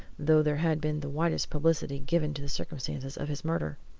though there had been the widest publicity given to the circumstances of his murder.